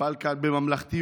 יפעל כאן בממלכתיות,